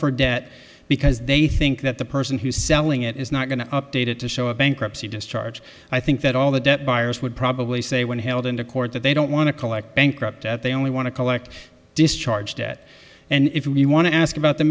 for debt because they think that the person who selling it is not going to update it to show a bankruptcy discharge i think that all the debt buyers would probably say when held into court that they don't want to collect bankrupt at they only want to collect discharge debt and if you want to ask about the